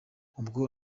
ubwo